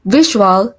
visual